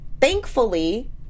Thankfully